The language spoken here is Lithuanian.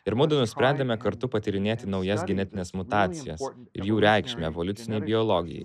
ir mudu nusprendėme kartu patyrinėti naujas genetines mutacijas ir jų reikšmę evoliucinei biologijai